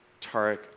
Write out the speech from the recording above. Tarek